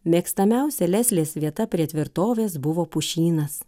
mėgstamiausia leslės vieta prie tvirtovės buvo pušynas